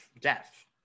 death